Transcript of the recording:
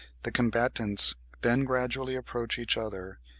the combatants then gradually approach each other,